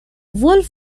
wolf